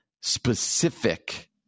specific